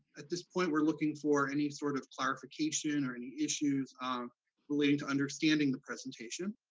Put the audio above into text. at this point, we're looking for any sort of clarification, or any issues um related to understanding the presentation.